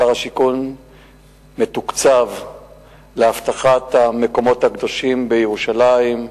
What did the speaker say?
שר השיכון מתוקצב לאבטחת המקומות הקדושים בירושלים,